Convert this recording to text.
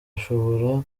ashobora